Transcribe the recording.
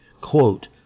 Quote